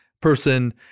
person